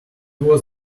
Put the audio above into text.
was